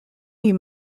you